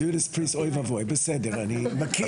Juda's priest, אוי ואבוי, בסדר, אני מכיר.